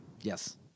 Yes